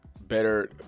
better